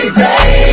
baby